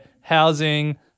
housing